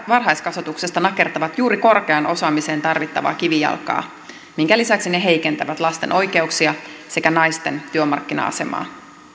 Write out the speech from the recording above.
varhaiskasvatuksesta nakertavat juuri korkeaan osaamiseen tarvittavaa kivijalkaa minkä lisäksi ne heikentävät lasten oikeuksia sekä naisten työmarkkina asemaa